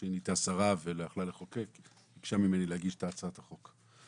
כשהיא נהייתה שרה ולא יכלה לחוקק היא ביקשה ממני להגיש את הצעת החוק.